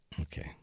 Okay